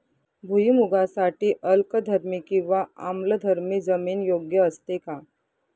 भुईमूगासाठी अल्कधर्मी किंवा आम्लधर्मी जमीन योग्य असते का?